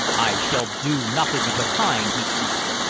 i shall do nothing of the kind! he snapped.